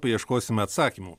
paieškosime atsakymų